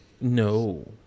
No